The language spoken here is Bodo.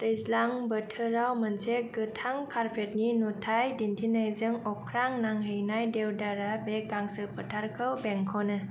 दैज्लां बोथोराव मोनसे गोथां कारपेटनि नुथाय दिन्थिनायजों अख्रां नांहैनाय देवदारा बे गांसो फोथारखौ बेंख'नो